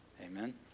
Amen